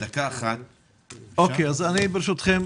14:25. ברשותכם,